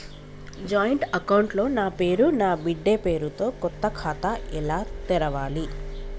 Joint account లో నా పేరు నా బిడ్డే పేరు తో కొత్త ఖాతా ఎలా తెరవాలి?